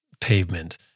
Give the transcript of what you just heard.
pavement